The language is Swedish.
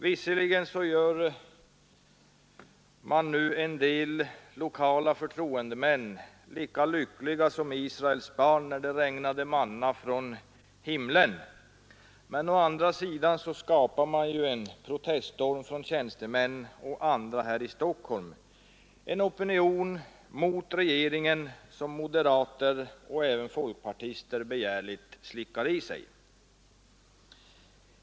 Visserligen gör man nu å ena sidan en del lokala förtroendemän lika lyckliga som Israels barn när det regnade manna från himlen, men å andra sidan har man skapat en proteststorm från tjänstemän och andra här i Stockholm — en opinion mot regeringen som moderater och folkpartister begärligt slickar i sig.